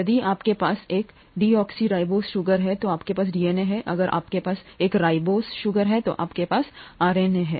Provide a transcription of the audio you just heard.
यदि आपके पास एक डीऑक्सीराइबोज शुगर है तो आपके पास डीएनए है अगर आपके पास एक रिबोज चीनी है आपके पास आरएनए हैं